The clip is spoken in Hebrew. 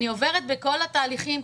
אני עוברת בכל התהליכים,